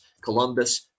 Columbus